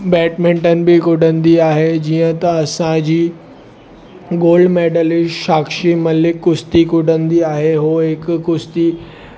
badminton बि कुॾंदी आहे जीअं त असांजी गोल्ड मेडलिस्ट साक्षी मलिक कुस्ती कुॾंदी आहे उहो हिकु कुस्ती